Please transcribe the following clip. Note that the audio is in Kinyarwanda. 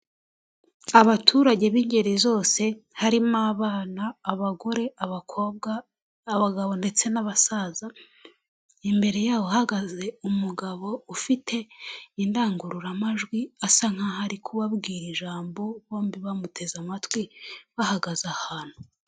Abaturage b'ingeri zose, harimo abana, abagore, abakobwa, abagabo ndetse n'abasaza. Imbere yabo hahagaze umugabo ufite indangururamajwi asa nkaho ari kubabwira ijambo, bombi bamuteze amatwi bahagaze ahantu.